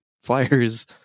flyers